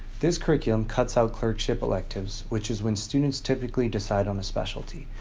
this curriculum cuts out clerkship electives, which is when students typically decide on a specialty.